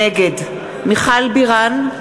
נגד מיכל בירן,